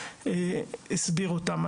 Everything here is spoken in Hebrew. הסביר אותם.